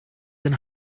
than